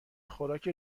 خوراک